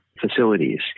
facilities